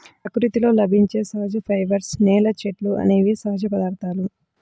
ప్రకృతిలో లభించే సహజ ఫైబర్స్, నేల, చెట్లు అనేవి సహజ పదార్థాలు